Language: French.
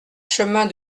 chemin